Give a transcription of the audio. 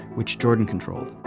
which jordan controlled.